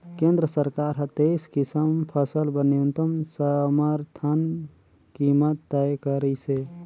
केंद्र सरकार हर तेइस किसम फसल बर न्यूनतम समरथन कीमत तय करिसे